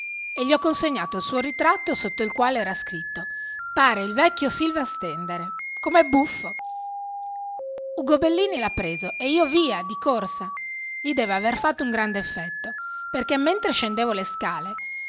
e gli ho consegnato il suo ritratto sotto il quale era scritto pare il vecchio silva stendere come è buffo ugo bellini l'ha preso e io via di corsa gli deve aver fatto un grande effetto perché mentre scendevo le scale